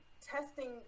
testing